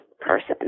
person